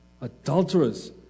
adulterers